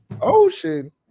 Ocean